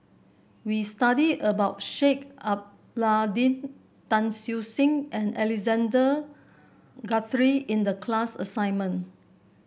we study about Sheik Alau'ddin Tan Siew Sin and Alexander Guthrie in the class assignment